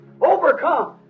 overcome